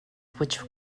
which